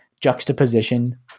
juxtaposition